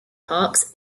parks